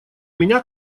меня